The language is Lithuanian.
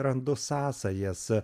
randu sąsajas